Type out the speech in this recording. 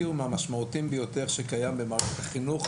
מהמשמעותיים ביותר שקיימים במערכת החינוך,